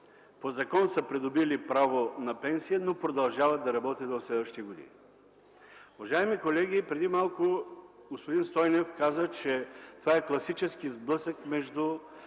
по закон са придобили право на пенсия, но продължават да работят в следващите години. Уважаеми колеги, преди малко господин Стойнев каза, че това е класически сблъсък между